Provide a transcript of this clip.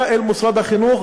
בהפגנה נגד משרד החינוך,